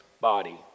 body